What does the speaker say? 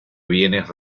bienes